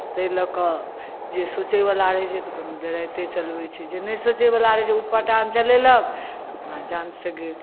तऽ ताहि लए कऽ जे सोचै वला रहै छै तऽ कोनो डराइते चलबै छै जे नै सोचै वला रहै छै से ऊटपटांग चलेलक तऽ ओ अपना जान सँ गेल